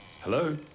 Hello